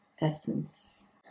essence